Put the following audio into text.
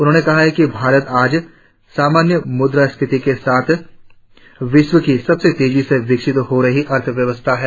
उन्होंने कहा कि भारत आज सामान्य मुद्रास्फीति के साथ विश्व की सबसे तेजी से विकसित हो रही अर्थव्यवस्था है